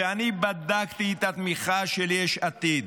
ואני בדקתי את התמיכה של יש עתיד.